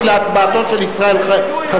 להצבעתו של חבר הכנסת ישראל חסון.